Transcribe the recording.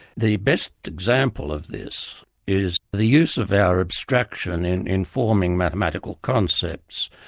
the best example of this is the use of our abstraction in informing mathematical concepts.